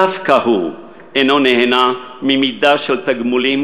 דווקא הוא אינו נהנה ממידה של תגמולים